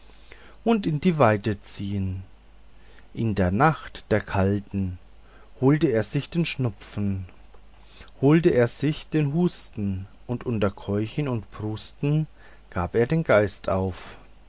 und in die weite ziehn in der nacht der kalten holt er sich den schnupfen holt er sich den husten und unter keuchen und prusten gab er den geist auf